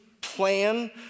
plan